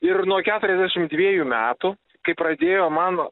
ir nuo keturiasdešim dviejų metų kai pradėjo man